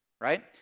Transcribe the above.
right